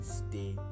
stay